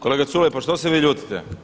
Kolega Culej pa što se vi ljutite?